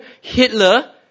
Hitler